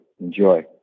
Enjoy